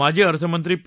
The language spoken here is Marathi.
माजी अर्थमंत्री पी